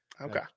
Okay